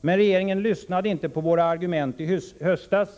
Regeringen lyssnade inte på våra argument i höstas.